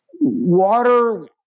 Water